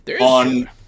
on